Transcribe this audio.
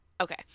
Okay